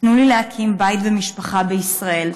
תנו לי להקים בית ומשפחה בישראל,